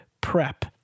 prep